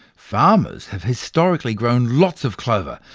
farmers have historically grown lots of clover,